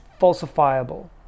falsifiable